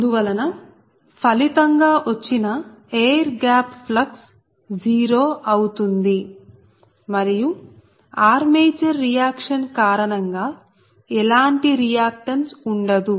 అందువలన ఫలితంగా వచ్చిన ఎయిర్ గ్యాప్ ఫ్లక్స్ 0 అవుతుంది మరియు ఆర్మేచర్ రియాక్షన్ కారణంగా ఎలాంటి రియాక్టన్స్ ఉండదు